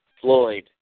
Floyd